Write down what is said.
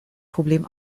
problem